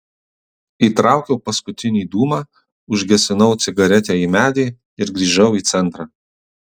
įtraukiau paskutinį dūmą užgesinau cigaretę į medį ir grįžau į centrą